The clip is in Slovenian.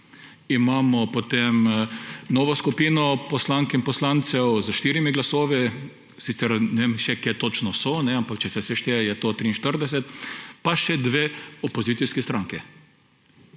Imamo potem novo skupino poslank in poslancev s 4 glasovi, sicer še ne vem, kje točno so, ampak če se sešteje, je to 43. Pa še dve opozicijski stranki.